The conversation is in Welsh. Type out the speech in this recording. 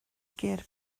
gur